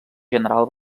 general